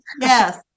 yes